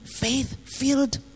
Faith-filled